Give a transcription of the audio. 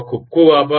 ખૂબ ખૂબ આભાર